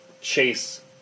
chase